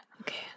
okay